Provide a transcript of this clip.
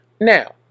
now